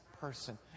person